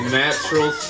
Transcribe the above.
natural